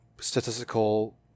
statistical